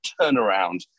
turnaround